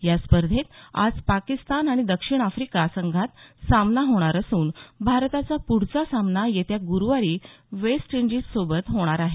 या स्पर्धेत आज पाकिस्तान आणि दक्षिण आफ्रिका संघात सामना होणार असून भारताचा प्रढचा सामना येत्या ग्रुवारी वेस्ट इंडीजसोबत होणार आहे